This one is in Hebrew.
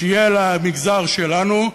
שיהיה למגזר שלנו,